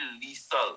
lethal